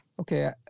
Okay